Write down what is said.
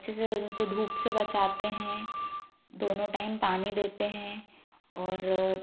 अच्छे से उनको धूप से बचाते हें दोनों टाइम पानी देते हैं और